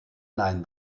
nein